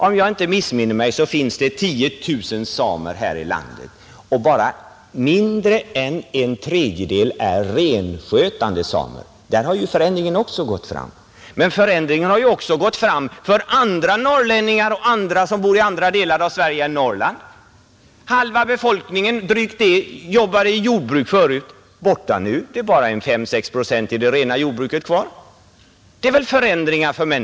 Om jag inte misstar mig har vi här i landet 10 000 samer, men mindre än en tredjedel av dem är renskötande samer. Där har alltså förändringen gått fram. Men det har den också gjort när det gäller andra norrlänningar — och människor som bor i andra delar av Sverige. Drygt halva befolkningen i det här landet arbetade tidigare i jordbruk. De allra flesta är borta nu. Det är bara 5 å 6 procent kvar i det rena jordbruket. Och nya förändringar förestår.